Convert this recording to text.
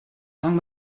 young